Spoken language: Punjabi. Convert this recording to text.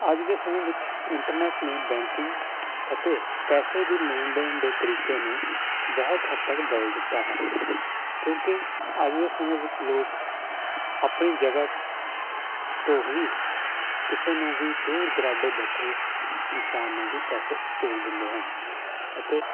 ਅੱਜ ਦੇ ਸਮੇਂ ਵਿੱਚ ਇੰਟਰਨੈਟ ਨੇ ਬੈਂਕਿੰਗ ਅਤੇ ਪੈਸੇ ਦੀ ਲੈਣ ਦੇਣ ਦੇ ਤਰੀਕੇ ਨੂੰ ਬਹੁਤ ਹੱਦ ਤੱਕ ਬਦਲ ਦਿੱਤਾ ਹੈ ਕਿਉਂਕਿ ਅੱਜ ਦੇ ਸਮੇਂ ਵਿੱਚ ਲੋਕ ਆਪਣੀ ਜਗ੍ਹਾ ਤੋਂ ਹੀ ਕਿਸੇ ਨੂੰ ਵੀ ਦੂਰ ਦੁਰਾਡੇ ਬੈਠੇ ਇਨਸਾਨ ਨੂੰ ਵੀ ਪੈਸੇ ਭੇਜ ਦਿੰਦੇ ਹਨ ਅਤੇ